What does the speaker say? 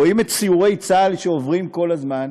רואים את סיורי צה"ל שעוברים כל הזמן,